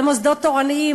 למוסדות תורניים,